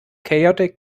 chaotic